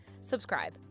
subscribe